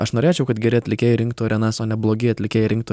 aš norėčiau kad geri atlikėjai rinktų arenas o ne blogi atlikėjai rinktų